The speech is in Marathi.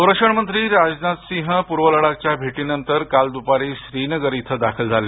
संरक्षण मंत्री राजनाथ सिंह पूर्व लडाखच्या भेटीनंतर काल दुपारी श्रीनगर इथं दाखल झाले